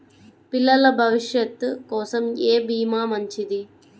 పిల్లల భవిష్యత్ కోసం ఏ భీమా మంచిది?